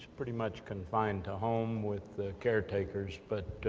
pretty much confined to home with caretakers, but